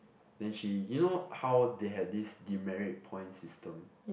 then she you know how they had this demerit point system